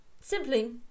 simply